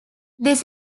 this